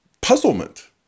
Puzzlement